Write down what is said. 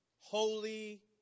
Holy